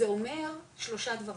זה אומר שלושה דברים,